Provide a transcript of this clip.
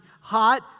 hot